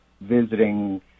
visiting